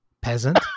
peasant